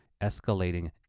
escalating